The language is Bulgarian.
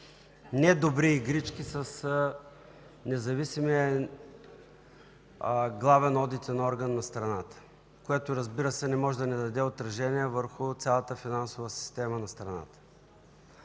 не добри игрички с независимия главен одитен орган на страната, което не може да не даде отражение върху цялата финансова система на страната.